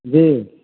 जी